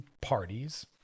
parties